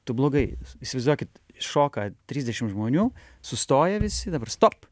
tu blogai įsivaizduokit šoka trisdešim žmonių sustoja visi dabar stop